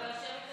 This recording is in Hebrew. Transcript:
לא צריך.